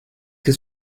que